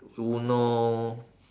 uno